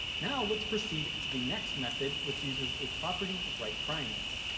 now, let's proceed to the next method which uses a property of right triangles.